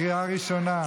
קריאה ראשונה.